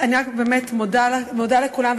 אני באמת מודה לכולם,